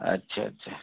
اچھا اچھا